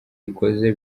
ikoze